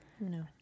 No